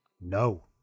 No